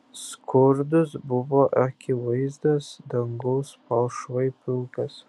skurdus buvo akivaizdas dangus palšvai pilkas